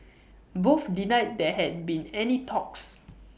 both denied there had been any talks